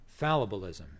fallibilism